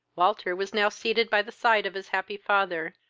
walter was now seated by the side of his happy father,